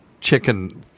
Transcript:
chicken